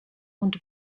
und